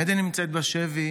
עדן נמצאת בשבי